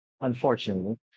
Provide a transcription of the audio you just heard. unfortunately